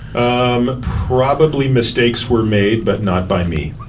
um probably, mistakes were made, but not by me.